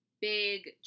big